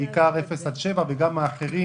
בעיקר בטווח 0 7 קילומטרים, וגם האחרים.